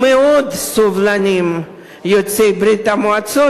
יוצאי ברית-המועצות,